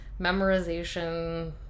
memorization